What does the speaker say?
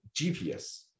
GPS